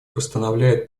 постановляет